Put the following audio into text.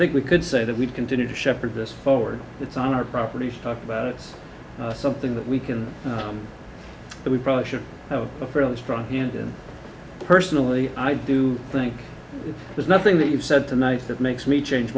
think we could say that we continue to shepherd this forward it's on our property talked about it's something that we can but we probably should have a fairly strong hand in personally i do think there's nothing that you've said tonight that makes me change